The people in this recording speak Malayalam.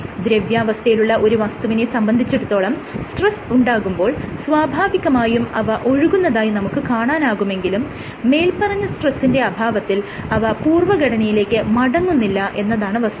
ദ്രവ്യാവസ്ഥയിലുള്ള ഒരു വസ്തുവിനെ സംബന്ധിച്ചിടത്തോളം സ്ട്രെസ് ഉണ്ടാകുമ്പോൾ സ്വാഭാവികമായും അവ ഒഴുകുന്നതായി നമുക്ക് കാണാനാകുമെങ്കിലും മേല്പറഞ്ഞ സ്ട്രെസിന്റെ അഭാവത്തിൽ അവ പൂർവ്വഘടനയിലേക്ക് മടങ്ങുന്നില്ല എന്നതാണ് വസ്തുത